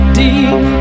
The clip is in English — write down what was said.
deep